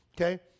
okay